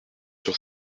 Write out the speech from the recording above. sur